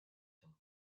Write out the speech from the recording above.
some